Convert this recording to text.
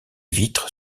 vitres